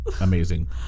amazing